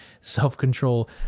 self-control